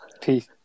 Peace